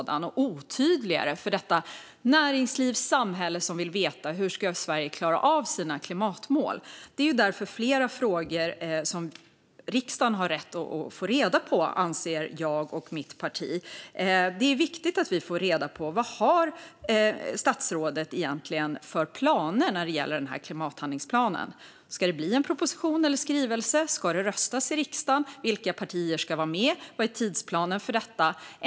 Det skulle också innebära otydligare besked till det näringsliv och samhälle som vill veta hur Sverige ska klara av sina klimatmål. Det finns därför flera frågor som riksdagen har rätt att få svar på, anser jag och mitt parti. Det är viktigt att vi får reda på vad statsrådet egentligen har för planer när det gäller klimathandlingsplanen. Ska det bli en proposition eller skrivelse? Ska det röstas i riksdagen? Vilka partier ska vara med? Vad är tidsplanen för detta?